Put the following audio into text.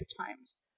times